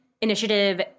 initiative